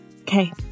Okay